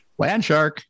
Landshark